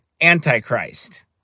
Antichrist